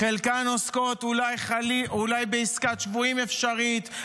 חלקן עוסקות אולי בעסקת שבויים אפשרית,